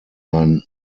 ein